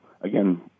again